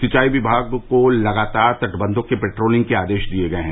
सिंचाई विमाग को लगातार तटबंबों की पेट्रोलिंग के आदेश दिये गये हैं